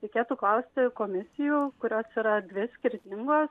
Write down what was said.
reikėtų klausti komisijų kurios yra dvi skirtingos